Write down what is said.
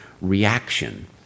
reaction